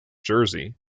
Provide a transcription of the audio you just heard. jersey